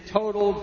total